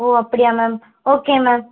ஓ அப்படியா ma'am okay ma'am